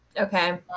okay